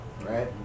Right